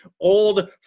old